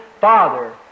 Father